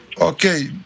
Okay